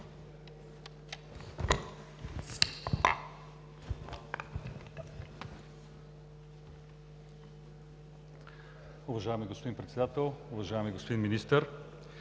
Уважаеми господин Председател! Уважаеми господин Министър,